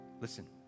Listen